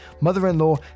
mother-in-law